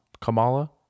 Kamala